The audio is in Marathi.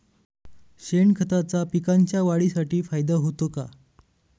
शेणखताचा पिकांच्या वाढीसाठी फायदा होतो का?